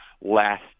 last